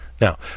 now